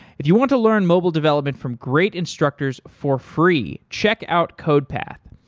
if you want to learn mobile development from great instructors for free, check out codepath.